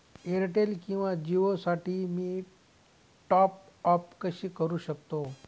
Airtel किंवा जिओसाठी मी टॉप ॲप कसे करु शकतो?